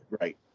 right